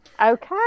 Okay